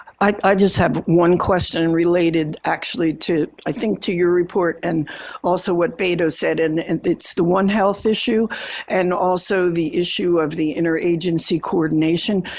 i just have one question related actually to, i think, to your report and also what beto said, and it's the one health issue and also the issue of the interagency coordination.